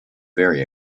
very